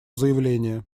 заявление